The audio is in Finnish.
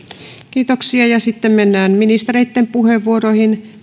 kiitoksia ja sitten mennään ministereitten puheenvuoroihin